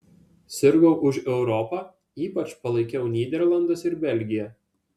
sirgau už europą ypač palaikiau nyderlandus ir belgiją